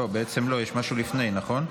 לא, בעצם לא, יש משהו לפני, נכון?